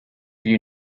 you